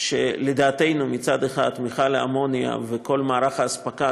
שלדעתנו מצד אחד מכל האמוניה וכל מערך האספקה,